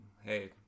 Hey